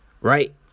Right